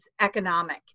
economic